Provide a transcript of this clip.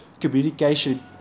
Communication